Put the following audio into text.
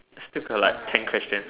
still got like ten question